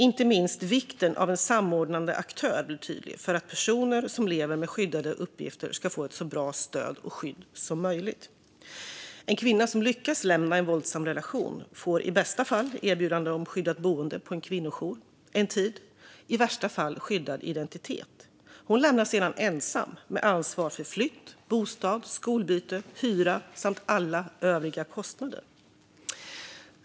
Inte minst vikten av en samordnande aktör blir tydlig, för att personer som lever med skyddade personuppgifter ska få ett så bra stöd och skydd som möjligt. En kvinna som lyckas lämna en våldsam relation får i bästa fall ett erbjudande om skyddat boende på en kvinnojour en tid och i värsta fall skyddad identitet. Hon lämnas sedan ensam med ansvar för flytt, bostad, skolbyte, hyra samt alla övriga kostnader.